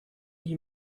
die